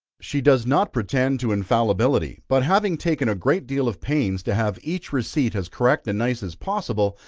she does not pretend to infallibility, but having taken a great deal of pains to have each receipt as correct and nice as possible,